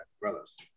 brothers